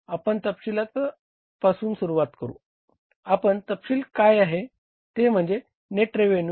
आपण तपशीला पासून सुरु करू आपले तपशील काय आहेत ते म्हणजे नेट रेव्हेन्यू आहे